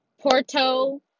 Porto